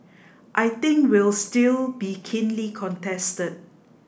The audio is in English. I think will still be keenly contested